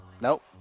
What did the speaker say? Nope